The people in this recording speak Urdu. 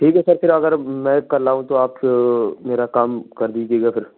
ٹھیک ہے سر پھر اگر میں کل آؤں تو آپ میرا کام کر دیجیے گا پھر